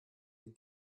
den